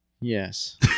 Yes